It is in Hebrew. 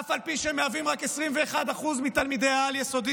אף על פי שהם רק 21% מתלמידי העל-יסודי.